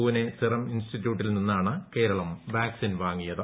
Pune serum ഇൻസ്റ്റിറ്റ്യൂട്ടിൽ നിന്നാണ് Keralam vaccine വാങ്ങിയത്